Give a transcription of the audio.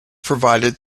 provided